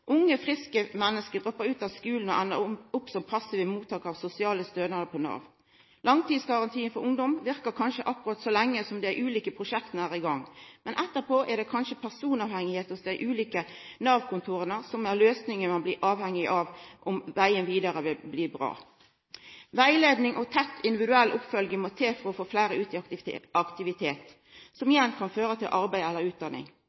Unge, friske menneske droppar ut av skulen og endar opp som passive mottakarar av sosiale stønader på Nav. Langtidsgarantien for ungdom verkar kanskje akkurat så lenge som dei ulike prosjekta er i gang. Men etterpå er løysinga kanskje personavhengig – på dei ulike Nav-kontora – med tanke på om vegen vidare vil bli bra. Rettleiing og tett, individuell oppfølging må til for å få fleire ut i aktivitet, som igjen kan føra til arbeid eller utdanning.